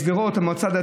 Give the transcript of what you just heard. תודה רבה.